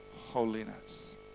holiness